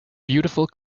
beautiful